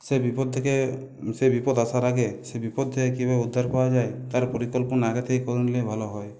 সেই বিপদ থেকে সেই বিপদ আসার আগে সেই বিপদ থেকে কীভাবে উদ্ধার করা যায় তার পরিকল্পনা আগে থেকেই করে নিলে ভালো হয়